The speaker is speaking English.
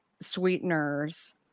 sweeteners